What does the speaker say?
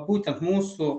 būtent mūsų